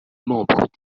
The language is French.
membres